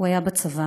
היה בצבא.